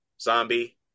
zombie